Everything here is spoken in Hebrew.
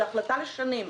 זה החלטה לשנים.